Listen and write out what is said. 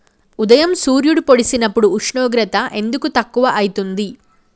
ఉదయం సూర్యుడు పొడిసినప్పుడు ఉష్ణోగ్రత ఎందుకు తక్కువ ఐతుంది?